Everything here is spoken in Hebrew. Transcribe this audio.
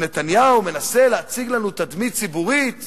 ונתניהו מנסה להציג לנו תדמית ציבורית